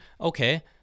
okay